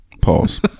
Pause